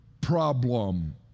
problem